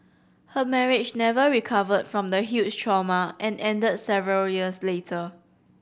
her marriage never recovered from the huge trauma and ended several years later